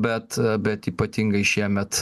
bet bet ypatingai šiemet